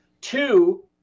two